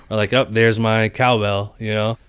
like, oh, there's my cowbell, you know?